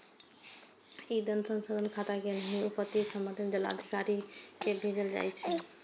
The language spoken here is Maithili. ई धन सांसदक खाता मे नहि, अपितु संबंधित जिलाधिकारी कें भेजल जाइ छै